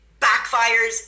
backfires